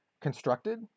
Constructed